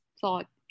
thought